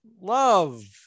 love